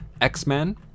X-Men